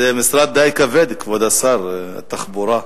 זה משרד די כבד, כבוד השר, התחבורה.